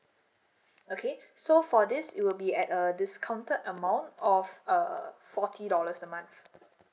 okay so for this it will be at a discounted amount of uh forty dollars a month